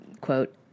quote